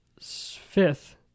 fifth